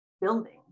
building